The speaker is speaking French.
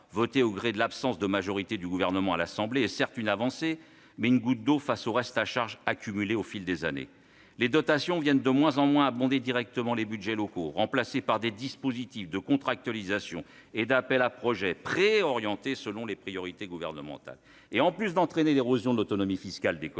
votée au gré de l'absence de majorité du Gouvernement à l'Assemblée. Celle-ci est, certes, une avancée, mais représente une goutte d'eau au regard du reste à charge accumulé au fil des années. Les dotations viennent de moins en moins abonder directement les budgets locaux, et sont remplacées par des dispositifs de contractualisation et d'appels à projets préorientés selon les priorités gouvernementales. En plus d'entraîner l'érosion de l'autonomie fiscale des collectivités,